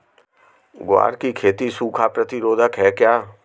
ग्वार की खेती सूखा प्रतीरोधक है क्या?